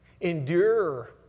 Endure